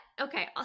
okay